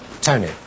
Tony